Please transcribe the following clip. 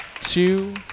two